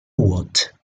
what